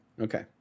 Okay